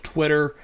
Twitter